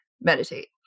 meditate